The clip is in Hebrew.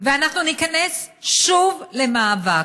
ואנחנו ניכנס שוב למאבק,